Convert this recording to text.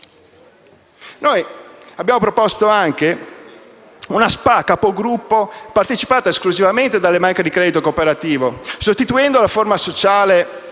Abbiamo proposto anche una SpA capogruppo partecipata esclusivamente dalle banche di credito cooperativo, sostituendo la forma sociale